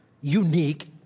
unique